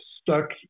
stuck